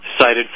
cited